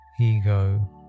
ego